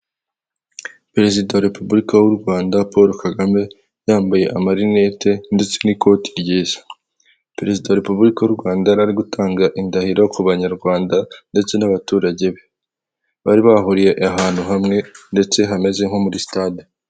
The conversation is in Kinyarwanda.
Perezida wa repubulika w'u Rwanda Paul Kagame yambaye amarinete ndetse n'ikoti ryiza, perezida wa repubulika y'u Rwanda ari gutanga indahiro ku banyarwanda ndetse n'abaturage be, bari bahuriye ahantu hamwe ndetse hameze nko muri sitade.